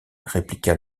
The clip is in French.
répliqua